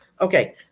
Okay